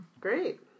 Great